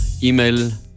E-Mail